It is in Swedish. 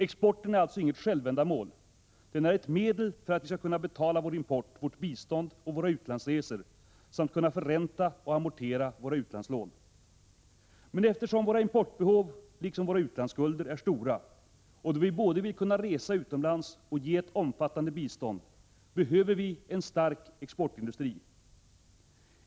Exporten är alltså inget självändamål — den är ett medel för att vi skall kunna betala vår import, vårt bistånd och våra utlandsresor samt kunna förränta och amortera våra utlandslån. Men eftersom våra importbehov, liksom våra utlandsskulder, är stora och då vi både vill kunna resa utomlands och ge ett omfattande bistånd behöver vi en stark exportindustri.